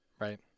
right